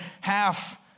half